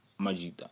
Majita